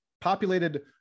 populated